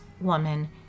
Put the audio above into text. woman